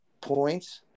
points